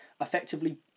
effectively